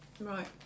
right